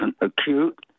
acute